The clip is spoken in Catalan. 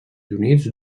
units